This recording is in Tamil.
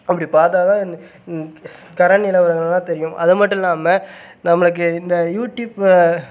அப்படி பார்த்தா தான் கரண்ட் நிலவரங்கள் எல்லாம் தெரியும் அதை மட்டும் இல்லாமல் நம்மளுக்கு இந்த யூடியூப்